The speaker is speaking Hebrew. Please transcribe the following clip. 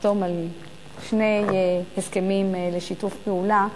לחתום על שני הסכמים לשיתוף פעולה,